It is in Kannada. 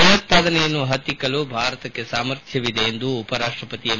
ಭಯೋತ್ಪಾದನೆಯನ್ನು ಹತ್ತಿಕ್ಕಲು ಭಾರತಕ್ಕೆ ಸಾಮರ್ಥ್ಯವಿದೆ ಎಂದು ಉಪರಾಷ್ಟಪತಿ ಎಂ